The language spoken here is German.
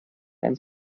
ans